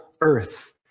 earth